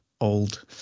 old